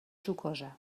sucosa